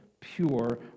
Pure